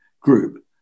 group